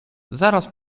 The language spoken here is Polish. zaraz